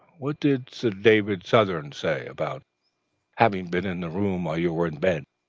what did sir david southern say about having been in the room while you were in bed?